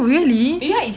oh really